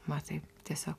va taip tiesiog